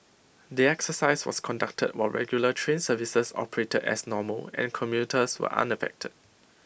the exercise was conducted while regular train services operated as normal and commuters were unaffected